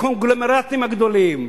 לקונגלומרטים הגדולים?